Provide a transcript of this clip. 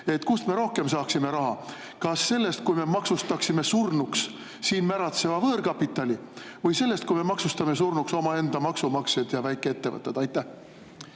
saaksime rohkem raha: kas sellest, kui maksustame surnuks siin märatseva võõrkapitali, või sellest, kui maksustame surnuks omaenda maksumaksjad ja väikeettevõtted? Aitäh!